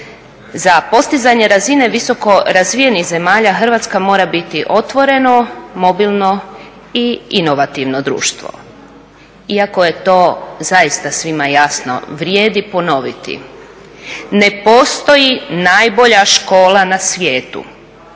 Za postizanje razine visokorazvijenih zemalja Hrvatska mora biti otvoreno, mobilno i inovativno društvo, iako je to zaista svima jasno vrijedi ponoviti, ne postoji najbolja škola na svijetu.